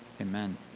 Amen